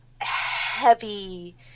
heavy